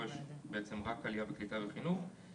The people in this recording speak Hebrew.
פה יש רק עלייה וקליטה וחינוך,